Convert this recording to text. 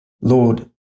Lord